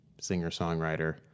singer-songwriter